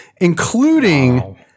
including